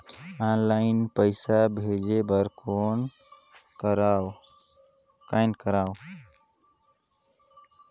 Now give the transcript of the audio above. Online पईसा भेजे बर कौन करव?